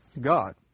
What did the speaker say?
God